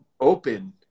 open